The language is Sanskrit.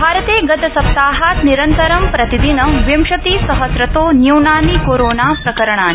भारते गत सप्ताहात् निरन्तरं प्रतिदिनं विंशतिसहस्रतो न्यूनानि कोरोना प्रकरणानि